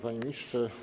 Panie Ministrze!